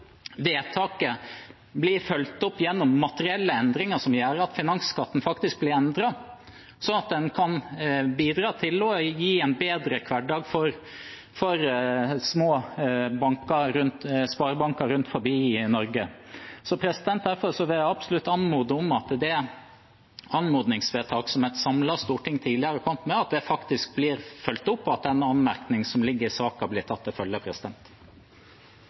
vedtaket blir fulgt opp gjennom materielle endringer som gjør at finansskatten faktisk blir endret, sånn at man kan bidra til å gi en bedre hverdag til små sparebanker rundt omkring i Norge. Derfor vil jeg absolutt anmode om at det anmodningsvedtaket som et samlet storting tidligere har kommet med, faktisk blir fulgt opp, og at den anmerkningen som ligger i saken, blir tatt til følge.